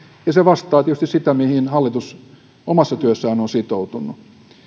ja se vastaa tietysti sitä mihin hallitus omassa työssään on sitoutunut